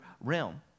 realm